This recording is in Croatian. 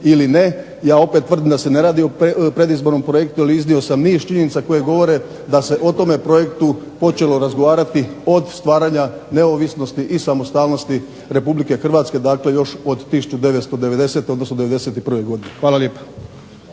Ja opet tvrdim da se ne radi o predizbornom projektu, jer iznio sam niz činjenica koje govore da se o tome projektu počelo razgovarati od stvaranja neovisnosti i samostalnosti Republike Hrvatske. Dakle, još od 1990. odnosno '91. godine. Hvala lijepa.